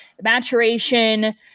maturation